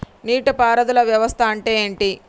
నీటి పారుదల వ్యవస్థ అంటే ఏంటి?